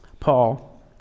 Paul